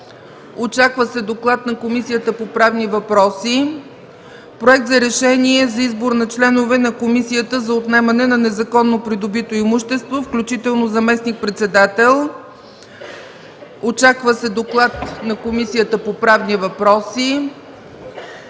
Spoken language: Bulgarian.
Очаква се доклад на Комисията по правни въпроси, като точка първа. 2. Проект за решение за избор на членове на Комисията за отнемане на незаконно придобито имущество, включително заместник-председател. Очаква се доклад на Комисията по правни въпроси.